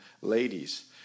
ladies